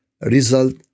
result